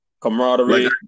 camaraderie